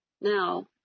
Now